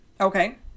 Okay